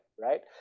right